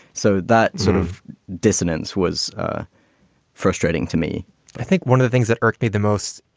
so that sort of dissonance was frustrating to me i think one of the things that irked me the most,